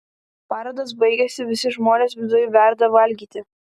paradas baigėsi visi žmonės viduj verda valgyti